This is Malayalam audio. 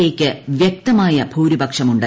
എ യ്ക്ക് വൃക്തമായ ഭൂരിപക്ഷമുണ്ട്